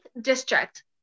District